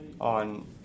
on